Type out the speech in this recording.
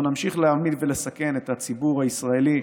אנחנו נמשיך לסכן את הציבור הישראלי,